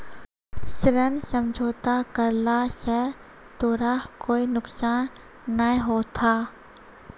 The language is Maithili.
ऋण समझौता करला स तोराह कोय नुकसान नाय होथा